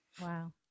wow